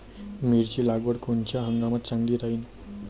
मिरची लागवड कोनच्या हंगामात चांगली राहीन?